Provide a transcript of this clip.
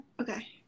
okay